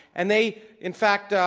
and they in fact, ah